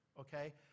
okay